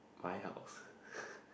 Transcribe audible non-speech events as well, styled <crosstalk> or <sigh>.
my house <breath>